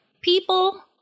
people